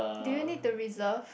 do you need to reserve